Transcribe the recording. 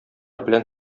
белән